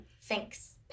Thanks